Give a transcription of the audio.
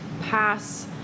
pass